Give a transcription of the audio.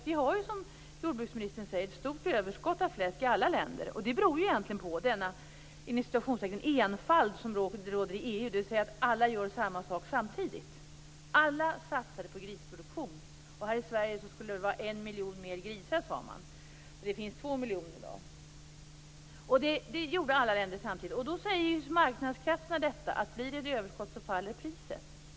Vi har, som jordbruksministern säger, ett stort överskott av fläsk i alla länder. Det beror egentligen på den "enfald" som råder inom EU, dvs. att alla gör samma sak samtidigt. Alla satsade ju på grisproduktion. Här i Sverige skulle det vara 1 miljon fler grisar, sade man - i dag finns det 2 miljoner grisar. Detta gjorde alltså alla länder samtidigt. Marknadskrafterna säger då att om det blir ett överskott faller priset.